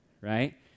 right